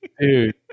Dude